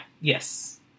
Yes